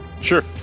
Sure